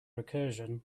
recursion